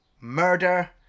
Murder